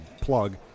plug